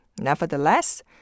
Nevertheless